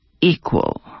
equal